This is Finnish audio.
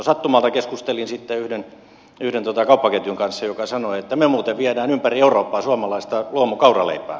sattumalta keskustelin sitten yhden kauppaketjun kanssa joka sanoi että me muuten viemme ympäri eurooppaa suomalaista luomukauraleipää